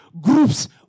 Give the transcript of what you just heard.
groups